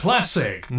Classic